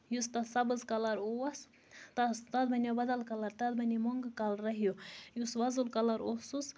یُس تَتھ سَبٕز کَلر اوس تَس تَتھ بَںیٛو بدل کَلر تَتھ بَنیٛو مۅنٛگہٕ کَلرا ہیٛوٗ یُس وۄزُل کَلر اوسُس